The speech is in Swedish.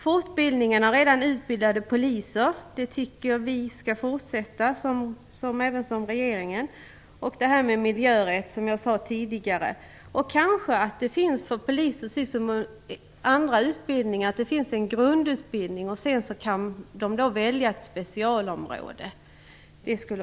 Precis som regeringen tycker vi att fortbildningen av redan utbildade poliser skall fortsätta, med miljörätt, som jag sade tidigare. En lösning skulle kunna vara att det finns för poliser, som inom andra utbildningar, en grundutbildning och att man sedan kan välja ett specialområde.